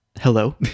hello